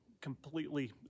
completely